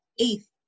eighth